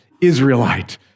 Israelite